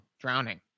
drowning